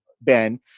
Ben